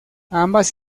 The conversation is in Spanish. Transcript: ambas